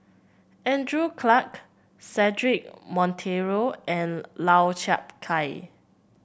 Andrew Clarke Cedric Monteiro and Lau Chiap Khai